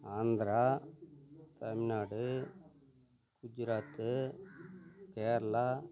Andhra Tamil Nadu Gujarat Kerala